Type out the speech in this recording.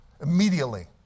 Immediately